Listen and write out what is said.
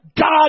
God